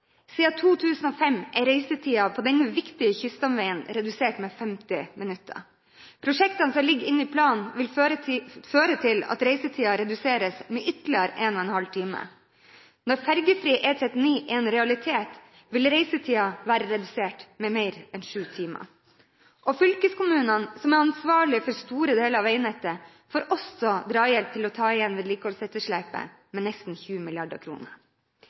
Siden 2005 er reisetiden på denne viktige kyststamveien redusert med 50 minutter. Prosjektene som ligger inne i planen, vil føre til at reisetiden reduseres med ytterligere 1,5 time. Når fergefri E39 er en realitet, vil reisetiden være redusert med mer enn sju timer. Fylkeskommunene, som er ansvarlig for store deler av veinettet, får også drahjelp til å ta igjen vedlikeholdsetterslepet – med nesten 20